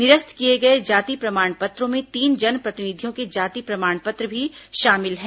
निरस्त किए गए जाति प्रमाण पत्रों में तीन जनप्रतिनिधियों के जाति प्रमाण पत्र भी शामिल हैं